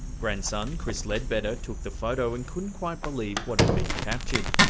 grandson, chris leadbetter took the photo and couldn't quite believe what had been captured.